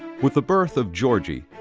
with the birth of georgie,